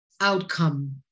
outcome